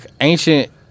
ancient